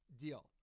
Deal